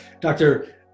Doctor